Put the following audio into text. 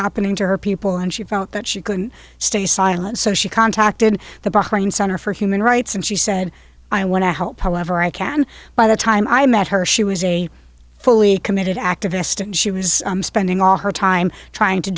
happening to her people and she felt that she couldn't stay silent so she contacted the bahrain center for human rights and she said i want to help however i can by the time i met her she was a fully committed activist and she was spending all her time trying to